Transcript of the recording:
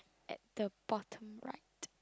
at the bottom right